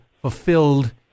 fulfilled